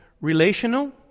relational